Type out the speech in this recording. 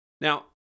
Now